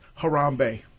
Harambe